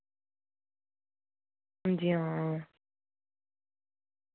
हां जी हां